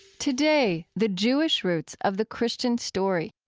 today, the jewish roots of the christian story.